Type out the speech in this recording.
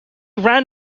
ran